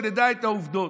שנדע את העובדות.